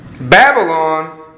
Babylon